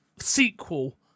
sequel